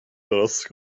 درست